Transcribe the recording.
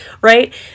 right